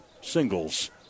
singles